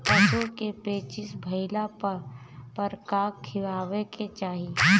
पशु क पेचिश भईला पर का खियावे के चाहीं?